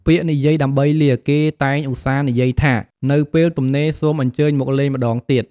ពាក្យនិយាយដើម្បីលា គេតែងឧស្សាហ៍និយាយថា "នៅពេលទំនេរសូមអញ្ជើញមកលេងម្តងទៀត។"